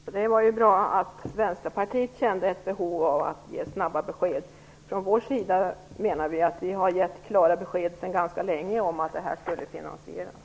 Fru talman! Det var bra att Vänsterpartiet känner ett behov av att ge snabba besked. Vi menar att vi har gett klara besked sedan ganska länge om att detta skall finansieras.